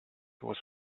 was